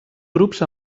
grups